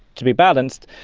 to be balanced,